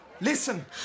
Listen